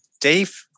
dave